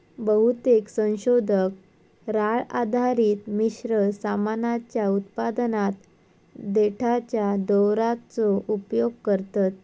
बहुतेक संशोधक राळ आधारित मिश्र सामानाच्या उत्पादनात देठाच्या दोराचो उपयोग करतत